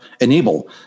enable